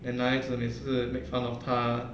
的男孩子每次 make fun of 她